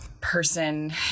person